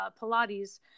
Pilates